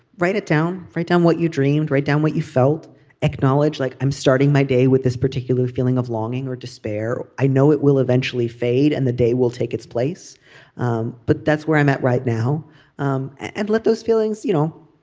write it down. write down what you dreamed. write down what you felt acknowledge like i'm starting my day with this particular feeling of longing or despair. i know it will eventually fade and the day will take its place um but that's where i'm at right now um and let those feelings you know